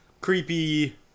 creepy